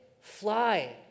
fly